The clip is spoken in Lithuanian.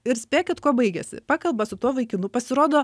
ir spėkit kuo baigėsi pakalba su tuo vaikinu pasirodo